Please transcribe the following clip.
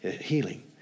healing